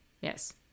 Yes